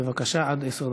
בבקשה, עד עשר דקות.